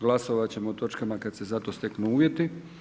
Glasovat ćemo o točkama kada se za to steknu uvjeti.